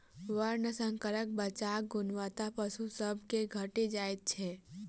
वर्णशंकर बच्चाक गुणवत्ता पशु सभ मे घटि जाइत छै